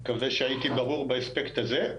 אני מקווה שהייתי ברור באספקט הזה.